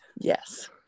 Yes